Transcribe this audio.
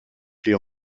clés